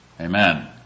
Amen